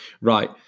right